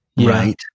Right